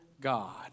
God